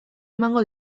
emango